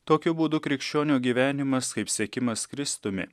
tokiu būdu krikščionio gyvenimas kaip sekimas kristumi